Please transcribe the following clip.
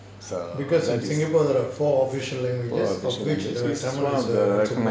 so that is